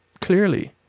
Clearly